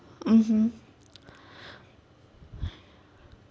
mmhmm